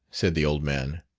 said the old man.